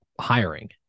hiring